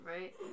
right